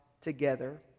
together